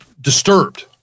disturbed